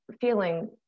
feeling